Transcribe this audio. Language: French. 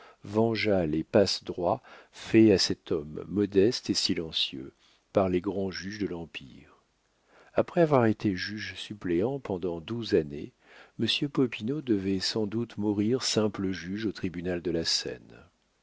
vengea les passe droits faits à cet homme modeste et silencieux par les grands juges de l'empire après avoir été juge-suppléant pendant douze années monsieur popinot devait sans doute mourir simple juge au tribunal de la seine